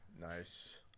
Nice